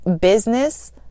Business